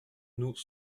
nous